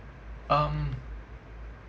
um